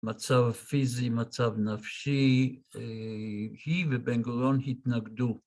‫מצב הפיזי, מצב נפשי, ‫היא ובן גוריון התנגדו.